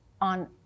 on